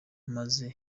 maze